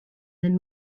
then